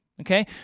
Okay